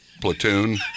platoon